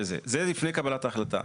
זה לפני קבלת ההחלטה.